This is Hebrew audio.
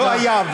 לא היה.